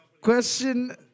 Question